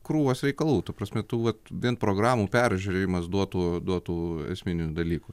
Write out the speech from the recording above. krūvos reikalų ta prasme tų vat vien programų peržiūrėjimas duotų duotų esminių dalykų